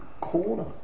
corner